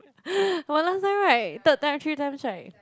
one last time right third time three times right